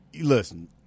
listen